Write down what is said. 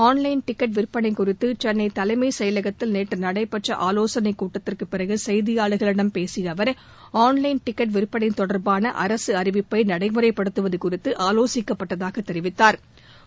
ஆள் line ticket விற்பனை குறித்து சென்னை தலைமை செயலகத்தில் நேற்று நடைபெற்ற ஆலோசனைக் கூட்டத்திற்குப் பிறகு செய்தியாளர்களிடம் பேசிய அவர் ஆன் லைன் டிக்கெட் விற்பனை தொடா்பான அரசு அறிவிப்பை நடைமுறைப்படுத்துவது குறித்து ஆலோசிக்கப்பட்டதாக தெரிவித்தாா்